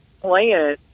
plan